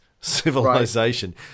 civilization